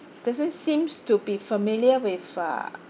doesn't seems to be familiar with uh